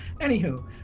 Anywho